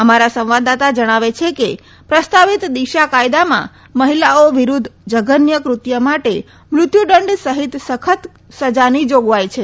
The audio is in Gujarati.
અમારા સંવાદદાતા જણાવે છે કે પ્રસ્તાવિત દિશા કાયદામાં મહિલાઓ વિરુધ્ધ જધન્ય કૃત્ય માટે મૃત્યુ દંડ સહિત સખત સજાની જોગવાઇ છે